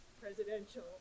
presidential